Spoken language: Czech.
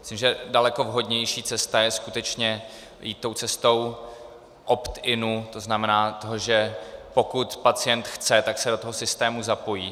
Myslím, že daleko vhodnější cesta je skutečně jít tou cestou optinu, to znamená, že pokud pacient chce, tak se do toho systému zapojí.